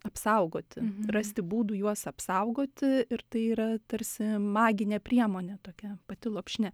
apsaugoti rasti būdų juos apsaugoti ir tai yra tarsi maginė priemonė tokia pati lopšinė